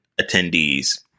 attendees